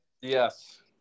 Yes